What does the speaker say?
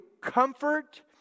comfort